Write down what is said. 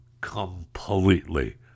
completely